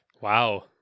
Wow